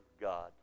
God